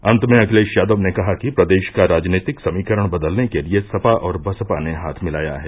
अन्त में अखिलेश यादव ने कहा कि प्रदेश का राजनीतिक समीकरण बदलने के लिये सपा और बसपा ने हाथ मिलाया है